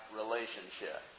relationship